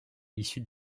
issues